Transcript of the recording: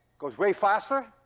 goes way faster.